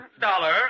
dollar